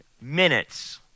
minutes